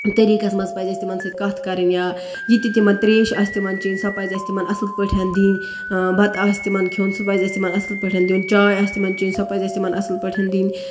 طریٖقَس منٛز پَزِ اَسہِ تِمن سۭتۍ کَتھ کَرٕنۍ یا یہِ تہِ تِمن تریش آسہِ تِمن چٮ۪نۍ سۄ پَزِ اَسہِ تِمن اَصٕل پٲٹھۍ دِنۍ بَتہٕ آسہِ تِمن کھٮ۪وٚن سُہ پَزِ اَسہِ اَصٕل پٲٹھۍ تِمن دیُن چاے اَسہِ تِمن چٮ۪نۍ سۄ پَزِ اَسہِ تِمن اَصٕل پٲٹھۍ دِنۍ